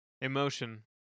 emotion